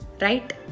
Right